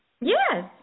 yes